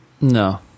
No